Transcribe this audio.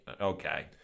okay